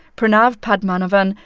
pranav padmanabhan,